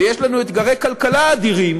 ויש לנו אתגרי כלכלה אדירים,